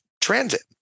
transit